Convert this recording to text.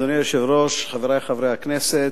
אדוני היושב-ראש, חברי חברי הכנסת,